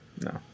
No